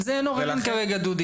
אנחנו לא מדברים על זה כרגע, דודי.